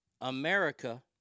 America